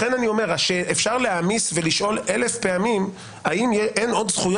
אפשר להעמיס ולשאול 1,000 פעמים האם אין עוד זכויות